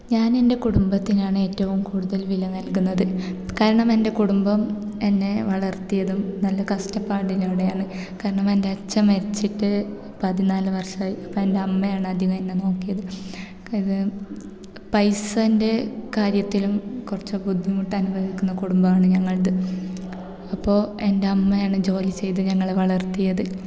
ഞാൻ എൻ്റെ കുടുംബത്തിനാണ് ഏറ്റവും കൂടുതൽ വില നൽകുന്നത് കാരണം എൻ്റെ കുടുംബം എന്നെ വളർത്തിയതും നല്ല കഷ്ടപ്പാടിലൂടെയാണ് കാരണം എൻ്റച്ഛൻ മരിച്ചിട്ട് പതിനാല് വർഷമായി അപ്പം എൻ്റമ്മയാണ് അധികം എന്നെ നോക്കിയത് ഇത് പൈസേൻ്റെ കാര്യത്തിലും കുറച്ച് ബുദ്ധിമുട്ടനുഭവിക്കുന്ന കുടുംബമാണ് ഞങ്ങളുടേത് അപ്പോൾ എൻ്റമ്മയാണ് ജോലി ചെയ്ത് ഞങ്ങളെ വളർത്തിയത്